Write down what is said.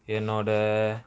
என்னோட:ennoda